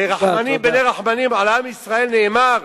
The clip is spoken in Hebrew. ורחמנים בני רחמנים, על עם ישראל נאמר: